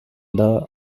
the